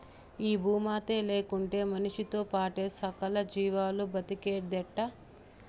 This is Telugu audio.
ఈ భూమాతే లేకుంటే మనిసితో పాటే సకల జీవాలు బ్రతికేదెట్టా